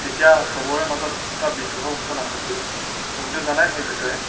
তেতিয়া চবৰে মাজত এটা বিদ্ৰোহৰ সুচনা হৈছিল তুমিতো জানাই সেই বিষয়ে